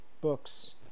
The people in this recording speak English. books